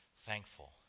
thankful